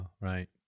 right